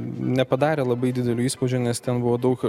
nepadarė labai didelio įspūdžio nes ten buvo daug